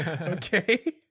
Okay